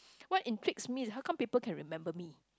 what intrigues me how come people can remember me